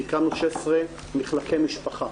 הקמנו 16 מחלקי משפחה.